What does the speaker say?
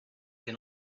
can